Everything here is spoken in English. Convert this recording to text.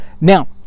Now